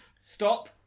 Stop